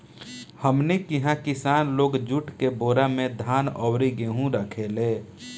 हमनी किहा किसान लोग जुट के बोरा में धान अउरी गेहू रखेले